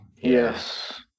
Yes